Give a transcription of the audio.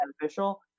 beneficial